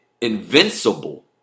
invincible